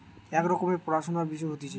এক রকমের পড়াশুনার বিষয় হতিছে